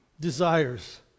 desires